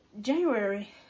January